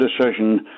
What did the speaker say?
decision